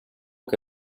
che